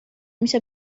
میشه